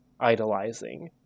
idolizing